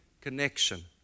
connection